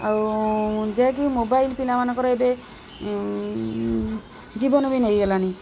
ଆଉ ଯାହାକି ମୋବାଇଲ୍ ପିଲାମାନଙ୍କର ଏବେ ଜୀବନ ବି ନେଇଗଲାଣି